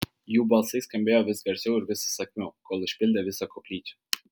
jų balsai skambėjo vis garsiau ir vis įsakmiau kol užpildė visą koplyčią